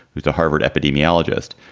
who's a harvard epidemiologist.